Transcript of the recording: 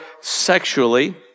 sexually